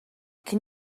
can